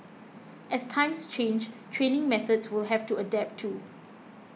as times change training methods will have to adapt too